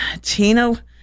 Tina